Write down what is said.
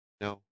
no